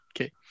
okay